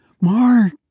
Mark